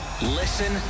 Listen